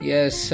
Yes